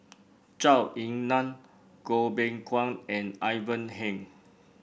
Zhou Ying Nan Goh Beng Kwan and Ivan Heng